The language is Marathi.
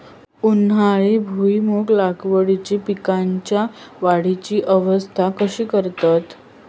उन्हाळी भुईमूग लागवडीत पीकांच्या वाढीची अवस्था कशी करतत?